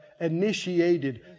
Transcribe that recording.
initiated